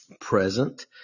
present